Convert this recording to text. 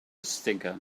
stinker